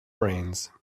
brains